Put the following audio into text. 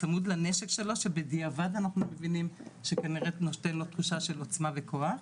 צמוד לנשק שלו שבדיעבד אנחנו מבינים שכנראה נותן לו תחושה עוצמה וכוח.